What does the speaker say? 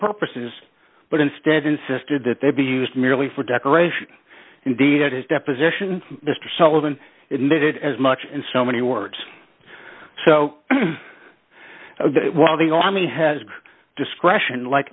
purposes but instead insisted that they be used merely for decoration indeed it is deposition mr sullivan it needed as much in so many words so while the army has discretion like